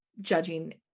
judging